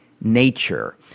Nature